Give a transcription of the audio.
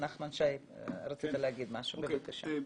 נחמן שי, רצית להגיד משהו, בבקשה.